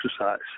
exercise